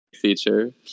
feature